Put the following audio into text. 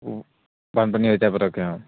বানপানী হৈ যাই পটককে অঁ